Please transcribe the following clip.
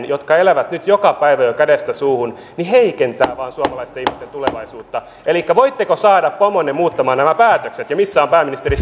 jotka elävät jo nyt joka päivä kädestä suuhun ahdinkoon ajaminen vain heikentää suomalaisten ihmisten tulevaisuutta elikkä voitteko saada pomonne muuttamaan nämä päätökset ja missä on pääministeri